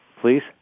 Please